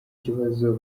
kibazo